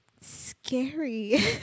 scary